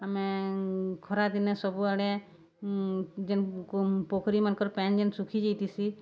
ଆମେ ଖରାଦିନେ ସବୁଆଡ଼େ ଯେନ୍ ପୋଖରୀମାନ୍ଙ୍କର୍ ପାଏନ୍ ଯେନ୍ ଶୁଖିଯାଇଥିସି